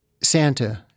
santa